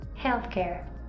healthcare